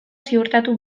ziurtatu